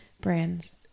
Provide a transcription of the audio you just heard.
brands